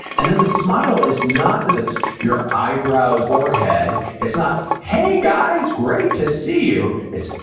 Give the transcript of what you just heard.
and then, the smile is not that it's your eyebrows or head. it's not, hey guys, great to see you. it's,